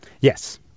Yes